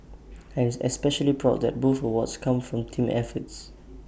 I am especially proud that both awards come from team efforts